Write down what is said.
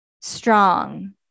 strong